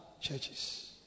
churches